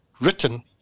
written